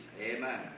Amen